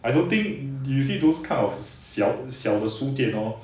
I don't think you see those kind of 小小的书店 hor